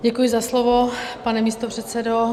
Děkuji za slovo, pane místopředsedo.